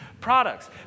products